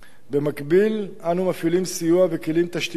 במקביל, אנו מפעילים סיוע וכלים תשתיתיים,